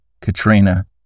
katrina